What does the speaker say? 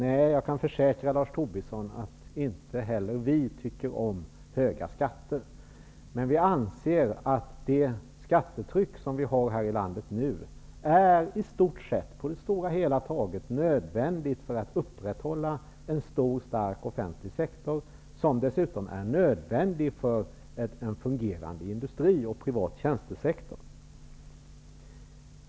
Nej, jag kan försäkra honom att inte heller vi tycker om höga skatter, men vi anser att det skattetryck som vi har här i landet nu på det hela taget är nödvändigt för att upprätthålla en stor, stark offentlig sektor, som dessutom är nödvändig för en fungerande industri och en privat tjänstesektor.